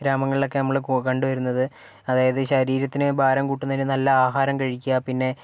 ഗ്രാമങ്ങളിലൊക്കെ നമ്മള് കണ്ട് വരുന്നത് അതായത് ശരീരത്തിന് ഭാരം കൂട്ടുന്നതിന് നല്ല ആഹാരം കഴിക്കുക പിന്നെ